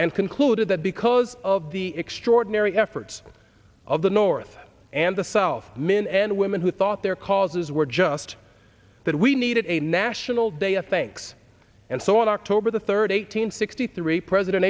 and concluded that because of the extraordinary efforts of the north and the self men and women who thought their causes were just that we needed a national day of thanks and so on october the third eight hundred sixty three president